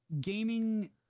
gaming